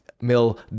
Mill